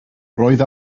roedd